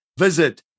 visit